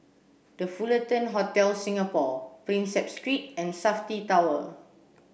The Fullerton Hotel Singapore Prinsep Street and SAFTI Tower